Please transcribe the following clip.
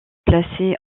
placée